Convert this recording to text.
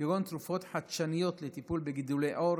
כגון תרופות חדשניות לטיפול בגידולי עור,